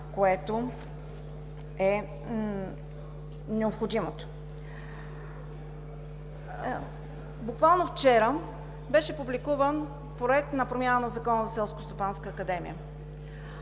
от необходимото. Буквално вчера беше публикуван Проект на промяна на Закона за